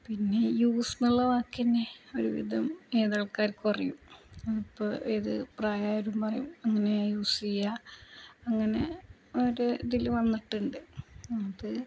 പിന്നെ യൂസ് എന്നുള്ള വാക്കുതന്നെ ഒരു വിധം ഏതാൾക്കാർക്കുമറിയും അതിപ്പോള് ഏതു പ്രായമായവരും പറയും അങ്ങനെ യൂസ് ചെയ്യുക അങ്ങനെ ഒരിതില് വന്നിട്ടുണ്ട് അത്